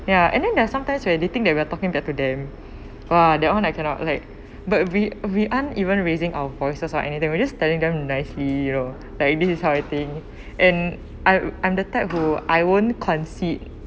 ya and then there are sometimes where they think that we're talking back to them !wah! that [one] I cannot like but we we aren't even raising our voices or anything we just telling them nicely you know like this is how I think and I I'm the type who I won't concede